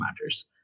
matters